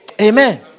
Amen